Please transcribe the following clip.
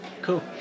Cool